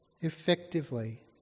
effectively